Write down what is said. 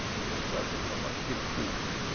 you're suffering from acute youth.